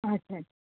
अच्छा अच्छा